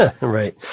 right